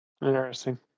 Interesting